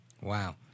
Wow